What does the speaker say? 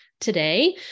today